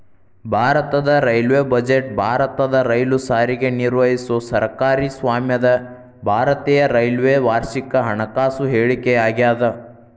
ಭಾರತದ railway budget ಭಾರತದ ರೈಲು ಸಾರಿಗೆ ನಿರ್ವಹಿಸೊ ಸರ್ಕಾರಿ ಸ್ವಾಮ್ಯದ ಭಾರತೇಯ ರೈಲ್ವೆ ವಾರ್ಷಿಕ ಹಣಕಾಸು ಹೇಳಿಕೆಯಾಗ್ಯಾದ